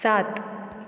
सात